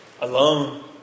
Alone